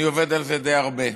אני עובד על זה די הרבה,